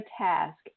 task